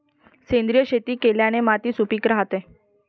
सेंद्रिय शेती केल्याने माती सुपीक राहते